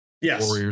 Yes